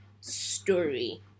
story